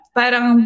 parang